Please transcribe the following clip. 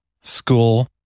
school